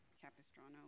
Capistrano